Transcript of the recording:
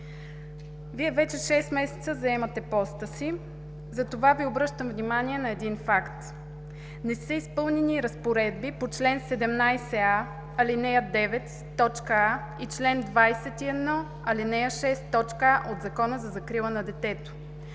Вие вече шест месеца заемате поста си, затова Ви обръщам внимание на един факт. Не са изпълнени разпоредби по чл. 17а, ал. 9, т. „а“ и чл. 21, ал. 6, т. „а“ от Закона за закрила на детето